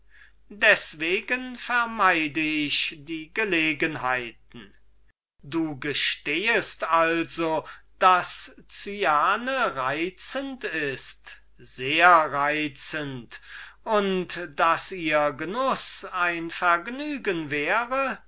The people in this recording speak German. deswegen vermeide ich die gelegenheiten du gestehest also daß cyane reizend ist sehr reizend und daß ihr genuß ein vergnügen wäre